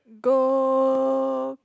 go